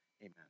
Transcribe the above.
Amen